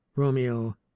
romeo